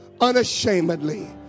unashamedly